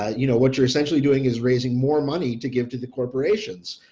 ah you know what you're essentially doing is raising more money to give to the corporation's,